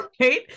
right